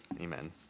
amen